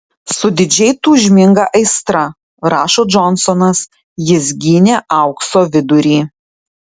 su didžiai tūžminga aistra rašo džonsonas jis gynė aukso vidurį